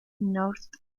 north